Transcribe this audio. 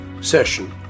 session